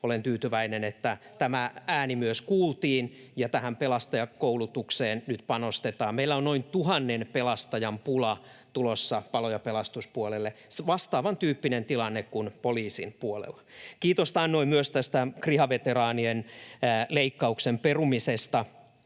olen tyytyväinen, että tämä ääni myös kuultiin ja tähän pelastajakoulutukseen nyt panostetaan. Meillä on noin tuhannen pelastajan pula tulossa palo‑ ja pelastuspuolelle, vastaavantyyppinen tilanne kuin poliisin puolella. Kiitosta annoin myös tästä kriha-veteraanien leikkauksen perumisesta.